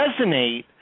resonate